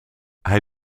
hij